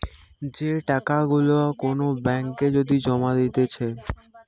যে টাকা গুলা কোন ব্যাঙ্ক এ যদি জমা দিতেছে